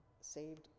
saved